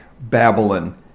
Babylon